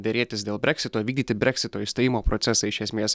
derėtis dėl breksito vykdyti breksito išstojimo procesą iš esmės